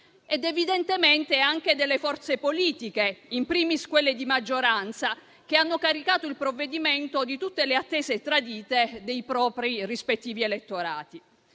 ed evidentemente anche delle forze politiche, in primis quelle di maggioranza, che hanno caricato il provvedimento di tutte le attese tradite dei propri rispettivi elettorati.